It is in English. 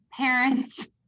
parents